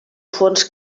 fons